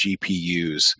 GPUs